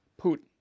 Putin